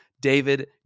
David